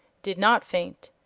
did not faint,